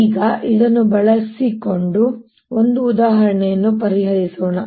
ಈಗ ಇದನ್ನು ಬಳಸಿಕೊಂಡು ಒಂದು ಉದಾಹರಣೆಯನ್ನು ಪರಿಹರಿಸೋಣ